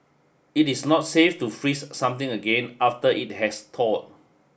it is not safe to freeze something again after it has thawed